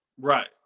Right